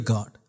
God